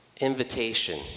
invitation